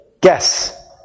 Guess